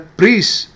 priests